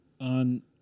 on